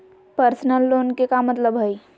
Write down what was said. Personal loan के का मतलब हई?